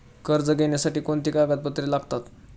कर्ज घेण्यासाठी कोणती कागदपत्रे लागतात?